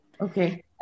Okay